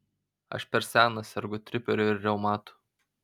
aš per senas sergu triperiu ir reumatu